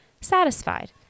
satisfied